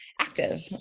active